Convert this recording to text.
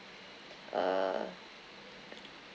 uh